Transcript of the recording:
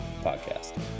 Podcast